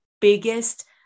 biggest